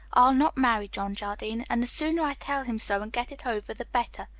i'll not marry john jardine and the sooner i tell him so and get it over, the better.